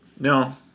No